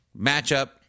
matchup